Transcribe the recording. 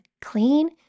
clean